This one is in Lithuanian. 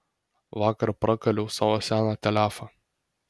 vakar prakaliau savo seną telefą